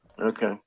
Okay